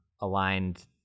aligned